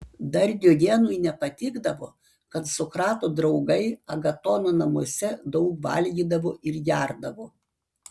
dar diogenui nepatikdavo kad sokrato draugai agatono namuose daug valgydavo ir gerdavo